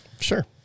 Sure